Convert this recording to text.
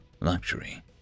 luxury